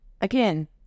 Again